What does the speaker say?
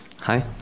Hi